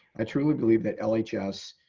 i truly believe that like ah lhs